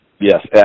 Yes